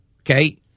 okay